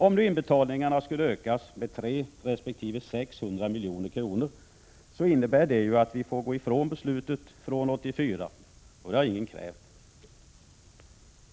Om nu inbetalningarna skulle ökas med 300 resp. 600 milj.kr. innebär det ju att vi får gå ifrån beslutet från 1984, och det har ingen krävt.